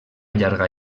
llarga